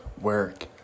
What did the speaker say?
work